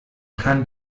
kann